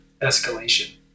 escalation